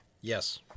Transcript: Yes